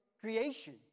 creation